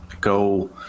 go